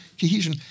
cohesion